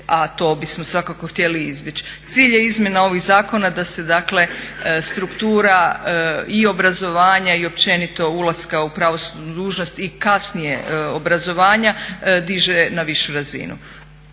a to bismo svakako htjeli izbjeći. Cilj je izmjena ovih zakona da se dakle struktura i obrazovanja i općenito ulaska u pravosudnu dužnost i kasnije obrazovanja diže na višu razinu.